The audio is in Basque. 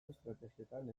estrategietan